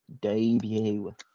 debut